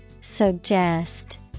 Suggest